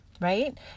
right